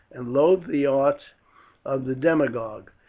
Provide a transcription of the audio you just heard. and loathe the arts of the demagogue,